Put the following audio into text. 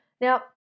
now